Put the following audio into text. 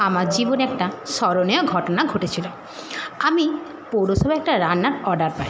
আমার জীবনে একটা স্মরণীয় ঘটনা ঘটেছিলো আমি পৌরসভায় একটা রান্না অর্ডার পাই